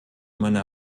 meiner